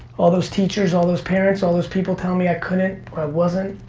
all those teachers, all those parents, all those people telling me i couldn't or i wasn't